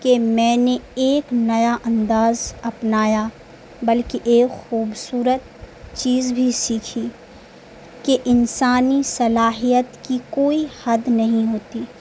کہ میں نے ایک نیا انداز اپنایا بلکہ ایک خوبصورت چیز بھی سیکھی کہ انسانی صلاحیت کی کوئی حد نہیں ہوتی